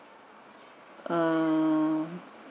um